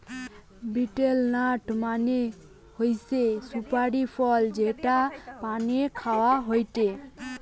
betel nut মানে হৈসে সুপারি ফল যেটা পানে খাওয়া হয়টে